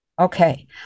Okay